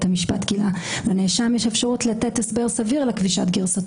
המשפט כי לנאשם יש אפשרות לתת הסבר סביר לגרסתו.